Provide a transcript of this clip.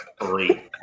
Three